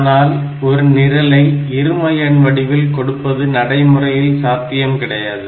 ஆனால் ஒரு நிரலை இரும எண் வடிவில் கொடுப்பது நடைமுறையில் சாத்தியம் கிடையாது